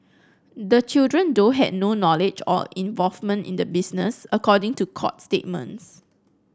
the children though had no knowledge or involvement in the business according to court statements